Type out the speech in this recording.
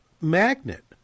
magnet